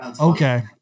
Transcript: Okay